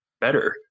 better